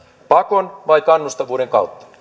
pakon vai kannustavuuden